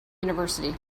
university